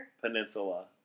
Peninsula